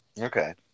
Okay